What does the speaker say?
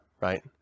right